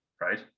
right